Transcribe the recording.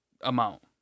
amount